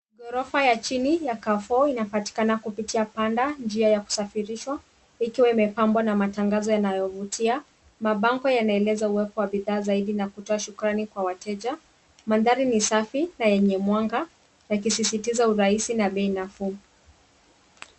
Ghorofa ya chini ya kafo inapatikana kupitia njia panda ,njia ya kusafirishwa ikiwa imepambwa na matangazo yanayovutia. Mabango yanaeleza uwepo wa bidhaa zaidi na kutoa shukrani kwa wateja. Mandhari ni safi na yenye mwanga yakisisitiza urahisi na bei nafuu.